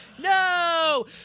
no